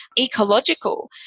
ecological